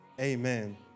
amen